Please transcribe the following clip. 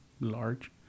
large